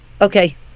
Okay